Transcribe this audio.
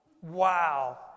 Wow